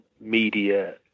media